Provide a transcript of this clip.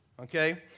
Okay